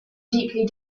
deeply